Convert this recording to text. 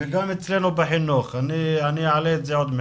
גם אצלנו בחינוך, אני אעלה את זה עוד מעט.